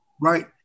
Right